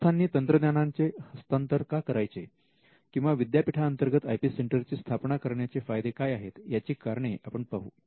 संस्थांनी तंत्रज्ञानाचे हस्तांतर का करायचे किंवा विद्यापीठांतर्गत आय पी सेंटरची स्थापना करण्याचे फायदे काय आहेत याची कारणे आपण पाहू